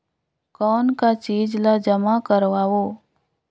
कौन का चीज ला जमा करवाओ?